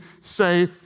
say